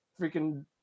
freaking